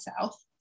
south